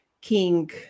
King